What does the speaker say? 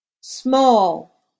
Small